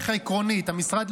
המשרד,